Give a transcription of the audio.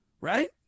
right